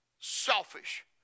selfish